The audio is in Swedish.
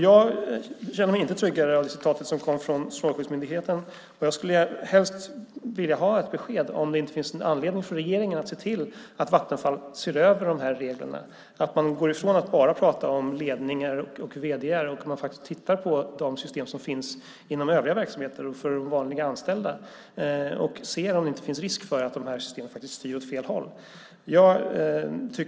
Jag känner mig inte tryggare av det som lästes upp från strålskyddsmyndigheten. Jag skulle helst vilja ha ett besked om det inte finns anledning för regeringen att se till att Vattenfall ser över de här reglerna, att man går ifrån att bara prata om ledningar och vd:ar och tittar på de system som finns inom övriga verksamheter för vanliga anställda. Finns det inte risk för att systemen styr åt fel håll?